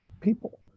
people